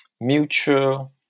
mutual